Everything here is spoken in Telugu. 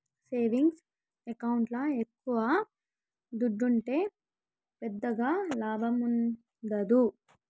సేవింగ్స్ ఎకౌంట్ల ఎక్కవ దుడ్డుంటే పెద్దగా లాభముండదు